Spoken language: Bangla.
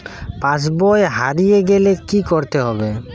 পাশবই হারিয়ে গেলে কি করতে হবে?